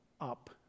up